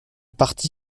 parti